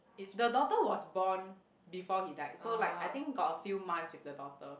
the daughter was born before he die so like I think got a few months with the daughter